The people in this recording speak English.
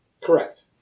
Correct